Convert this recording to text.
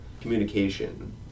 communication